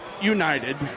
United